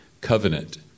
covenant